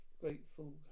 grateful